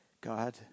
God